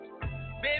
Baby